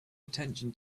attention